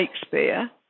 Shakespeare